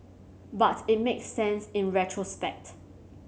but it makes sense in retrospect